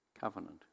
covenant